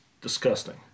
disgusting